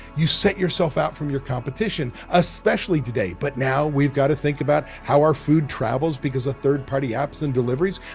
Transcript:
you set yourself out from your competition, especially today. but now we've got to think about how our food travels because of third-party apps and deliveries.